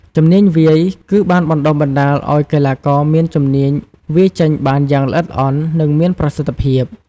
ជំនាញវាយគឺបានបណ្តុះបណ្តាលឲ្យកីឡាករមានជំនាញវាយចេញបានយ៉ាងល្អិតល្អន់ និងមានប្រសិទ្ធភាព។